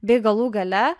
bei galų gale